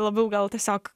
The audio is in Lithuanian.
labiau gal tiesiog